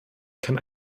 kann